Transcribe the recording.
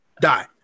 die